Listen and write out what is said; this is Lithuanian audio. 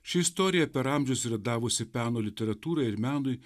ši istorija per amžius yra davusi peno literatūrai ir menui